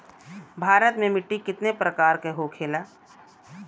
भारत में मिट्टी कितने प्रकार का होखे ला?